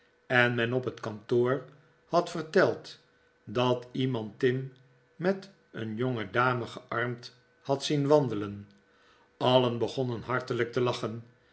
en men op het kantoor had verteld dat iemand tim met een jongedame gearmd had zien wandelen allen begonnen hartelijk te lachen